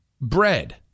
Bread